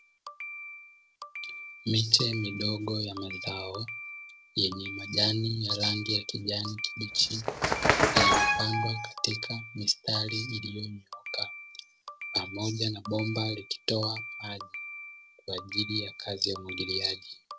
Miche midogo ya mazao yenye majani ya rangi ya kijani kibichi iliyo pandwa katika mistari iliyo nyooka pamoja na bomba likitoa maji kwaajili ya kazi ya umwagiliaji.